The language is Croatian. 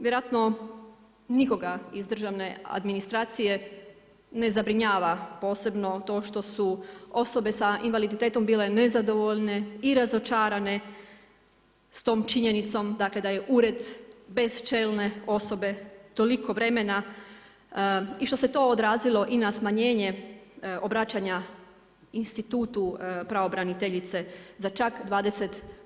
Vjerojatno nikoga iz državne administracije ne zabrinjava posebno to što su osobe sa invaliditetom bile nezadovoljne i razočarane s tom činjenicom dakle da je ured bez čelne osobe toliko vremena i što se to odrazilo i na smanjenje obraćanja Institutu pravobraniteljice za čak 20%